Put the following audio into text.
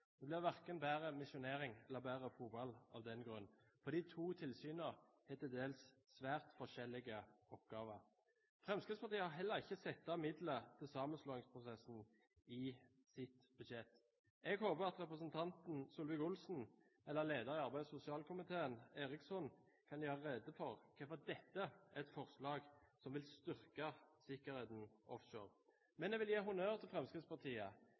Det blir verken bedre misjonering eller bedre fotball av den grunn. De to tilsynene har til dels svært forskjellige oppgaver. Fremskrittspartiet har heller ikke satt av midler til sammenslåingsprosessen i sitt budsjett. Jeg håper at representanten Solvik-Olsen eller lederen i arbeids- og sosialkomiteen, Eriksson, kan gjøre rede for hvorfor dette er et forslag som vil styrke sikkerheten offshore. Men jeg vil gi honnør til Fremskrittspartiet.